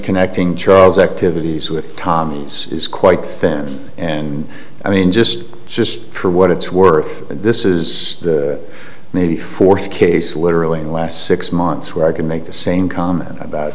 connecting charles activities with tom's is quite thin and i mean just just for what it's worth this is maybe fourth case literally in the last six months where i can make the same comment about